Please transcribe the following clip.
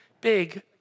big